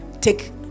take